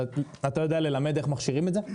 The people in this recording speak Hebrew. אתה יודע ללמד איך מכשירים את זה?